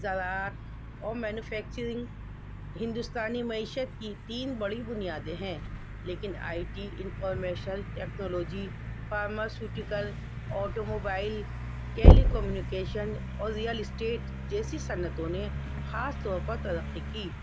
زراعت اور مینوفیکچرنگ ہندوستانی معیشت کی تین بڑی بنیادیں ہیں لیکن I T information technology pharmaceutical automobile telecommunication اور ریئل اسٹیٹ جیسی صنعتوں نے خاص طور پر ترقی کی